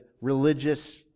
religious